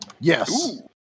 Yes